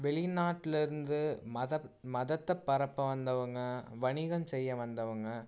வெளி நாட்டுலேருந்து மத மதத்தை பரப்ப வந்தவங்கள் வணிகம் செய்ய வந்தவங்கள்